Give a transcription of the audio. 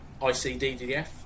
icddf